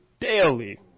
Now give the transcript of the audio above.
daily